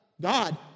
God